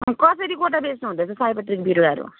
अनि कसरी गोटा बेच्नुहुँदैछ सयपत्रीको बिरुवाहरू